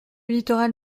littoral